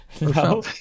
No